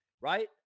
right